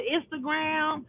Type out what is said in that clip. Instagram